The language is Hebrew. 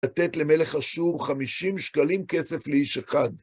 לתת למלך אשור חמישים שקלים כסף לאיש אחד.